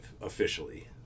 officially